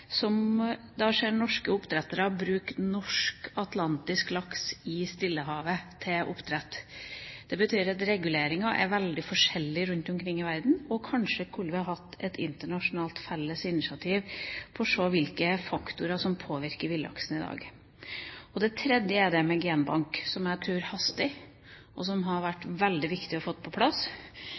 Stillehavet. Det betyr at reguleringa er veldig forskjellig rundt omkring i verden, og kanskje vi kunne hatt et internasjonalt, felles initiativ for å se på hvilke faktorer som påvirker villaksen i dag. Og det tredje er dette med genbank, som jeg tror haster, og som det har vært veldig viktig å få på plass.